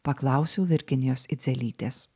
paklausiau virginijos idzelytės